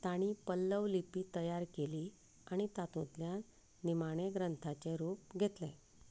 तांणी पल्लव लिपी तयार केली आनी तातूंतल्यान निमाणें ग्रंथाचें रूप घेतलें